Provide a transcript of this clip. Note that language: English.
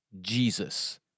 Jesus